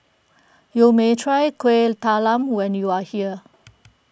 you may try Kueh Talam when you are here